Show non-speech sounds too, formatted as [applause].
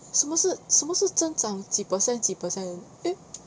什么是什么是增长几 percent 几 percent [laughs]